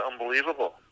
unbelievable